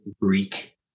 greek